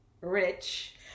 rich